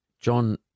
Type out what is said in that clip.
John